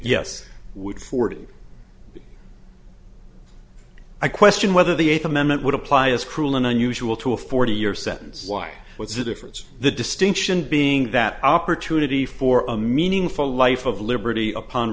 forty i question whether the eighth amendment would apply as cruel and unusual to a forty year sentence why what's the difference the distinction being that opportunity for a meaningful life of liberty upon